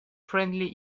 friendly